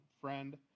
friend